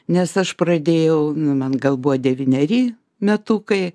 nes aš pradėjau nu man gal buvo devyneri metukai